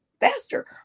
faster